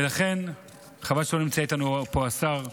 ולכן, חבל שלא נמצא איתנו פה השר גלנט,